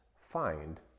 find